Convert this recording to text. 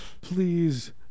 please